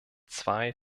zwei